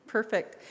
Perfect